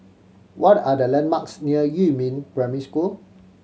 what are the landmarks near Yumin Primary School